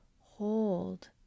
hold